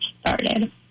started